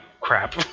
crap